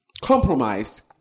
Compromise